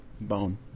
Bone